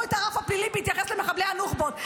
את הרף הפלילי בהתייחס למחבלי הנוח'בות.